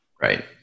Right